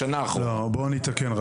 אני רוצה לתקן,